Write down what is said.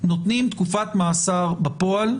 בשנים האחרונות,